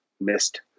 missed